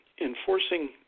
enforcing